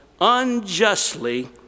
unjustly